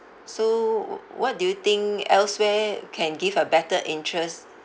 so wh~ what do you think elsewhere can give a better interest